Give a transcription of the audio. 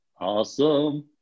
Awesome